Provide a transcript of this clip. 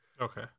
Okay